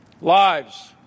Lives